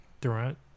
Durant